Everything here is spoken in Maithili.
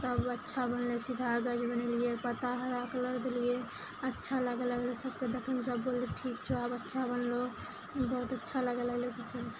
तब अच्छा बनलइ सीधा डारि बनेलियै पता हरा कलर देलियै अच्छा लागलइ सबके देखलहुँ सब बोललइ ठीक छौ आब अच्छा बनलहु बहुत अच्छा लागऽ लागलइ सबके